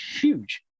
huge